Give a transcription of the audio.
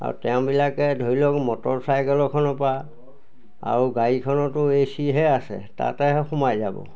আৰু তেওঁবিলাকে ধৰি লওক মটৰ চাইকেলখনৰপৰা আৰু গাড়ীখনতো এচিহে আছে তাতেহে সোমাই যাব